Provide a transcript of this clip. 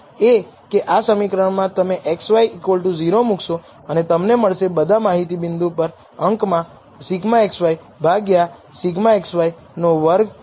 તેથી આ બે χ સ્ક્વેર્ડનું ગુણોત્તર છે અને આપણે પૂર્વધારણામાં જોયું છે કે બે χ સ્ક્વેર્ડ ચલનું ગુણોત્તર એ યોગ્ય ડિગ્રીઝ ઓફ ફ્રીડમ સાથેનું F વિતરણ છે